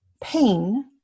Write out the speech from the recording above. pain